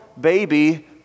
baby